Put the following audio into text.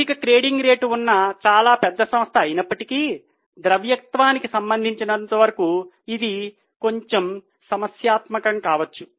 అధిక credit rating ఉన్న చాలా పెద్ద సంస్థ అయినప్పటికీ ద్రవ్యత్వానికి సంబంధించినంతవరకు ఇది కొంచెం సమస్యాత్మకం కావచ్చు